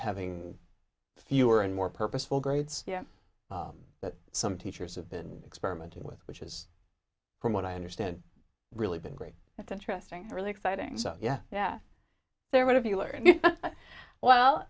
having fewer and more purposeful grades you know that some teachers have been experimented with which is from what i understand really been great it's interesting really exciting so yeah yeah they're what have you learned well